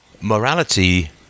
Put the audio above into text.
Morality